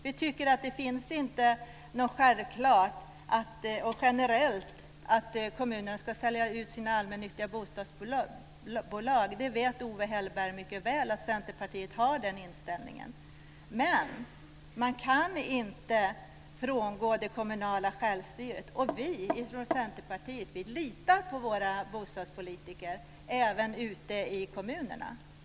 Vi tycker att det inte finns något självklart och generellt i att kommunerna ska sälja ut sina allmännyttiga bostadsbolag. Owe Hellberg vet mycket väl att Centerpartiet har den inställningen. Men man kan inte frångå det kommunala självstyret, och vi i Centerpartiet litar på våra bostadspolitiker även ute i kommunerna.